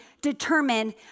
determined